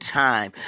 time